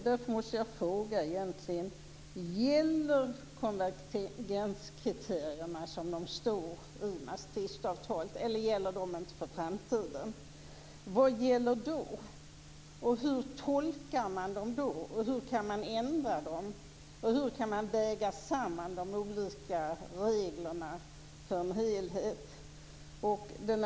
Därför måste jag fråga: Gäller konvergenskriterierna som de står i Maastrichtfördraget, eller gäller de inte för framtiden? Vad gäller då, hur tolkar man dem då, hur kan man ändra dem och hur kan man väga samman de olika reglerna till en helhet?